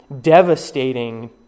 devastating